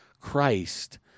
Christ